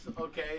okay